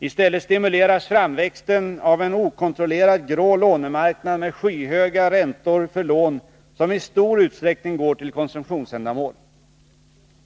I stället stimuleras framväxten av en okontrollerad grå lånemarknad med skyhöga räntor för lån som i stor utsträckning går till konsumtionsändamål.